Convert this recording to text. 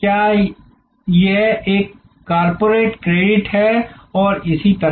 क्या यह एक कॉर्पोरेट क्रेडिट है और इसी तरह